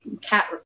cat